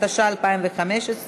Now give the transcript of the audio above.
התשע"ו 2015,